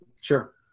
Sure